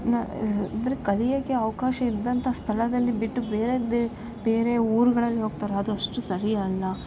ನಾ ಅಂದ್ರೆ ಕಲಿಯೋಕ್ಕೆ ಅವಕಾಶ ಇದ್ದಂಥ ಸ್ಥಳದಲ್ಲಿ ಬಿಟ್ಟು ಬೇರೆದ್ದೇ ಬೇರೆ ಊರುಗಳಲ್ಲಿ ಹೋಗ್ತಾರೆ ಅದು ಅಷ್ಟು ಸರಿಯಲ್ಲ